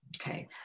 Okay